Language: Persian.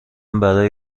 برای